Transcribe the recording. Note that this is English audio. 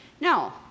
No